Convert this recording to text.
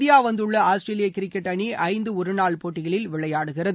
India வந்துள்ள ஆஸ்திரேலியா cricket அணி ஐந்து ஒருநாள் போட்டிகளில் விளையாடுகிறது